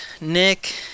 Nick